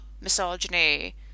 misogyny